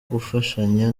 gufashanya